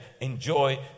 enjoy